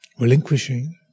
relinquishing